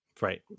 Right